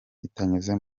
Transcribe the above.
bitanyuze